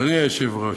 אדוני היושב-ראש,